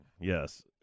yes